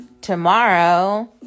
tomorrow